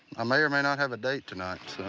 ah may or may not have a date tonight,